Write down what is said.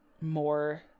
more